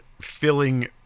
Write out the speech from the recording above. filling